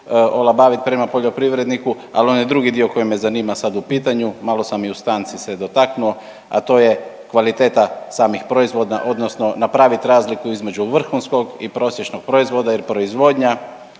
olabaviti prema poljoprivredniku, ali onaj drugi dio koji me zanima sad u pitanju, malo sam i u stanci se dotaknuo, a to je kvaliteta samih proizvoda odnosno napraviti razliku između vrhunskog i prosječnog proizvoda jer proizvodnja